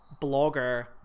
blogger